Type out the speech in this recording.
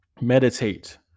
Meditate